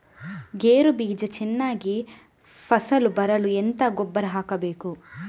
ಗೇರು ಬೀಜ ಚೆನ್ನಾಗಿ ಫಸಲು ಬರಲು ಎಂತ ಗೊಬ್ಬರ ಹಾಕಬೇಕು?